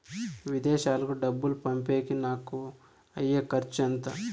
విదేశాలకు డబ్బులు పంపేకి నాకు అయ్యే ఖర్చు ఎంత?